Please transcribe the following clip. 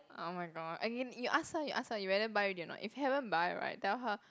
oh my god okay you ask her you ask her you whether buy already or not if haven't buy right tell her